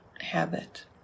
habit